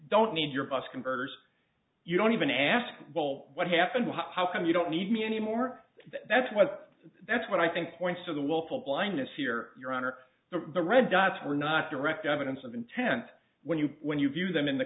don't need your bus conversed you don't even ask well what happened was how come you don't need me anymore that's what that's what i think points to the willful blindness here your honor the red dots were not direct evidence of intent when you when you view them in the